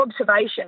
Observation